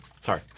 Sorry